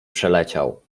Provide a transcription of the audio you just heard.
przeleciał